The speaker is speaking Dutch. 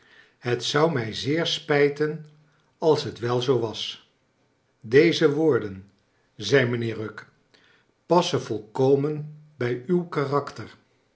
het zou mij zeer sprjten als t wei zoo was deze wo or den zei mijnheer rugg passen volkomen bij uw karakter